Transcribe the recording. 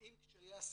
עם קשיי השפה,